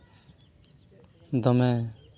ᱫᱚᱢᱮ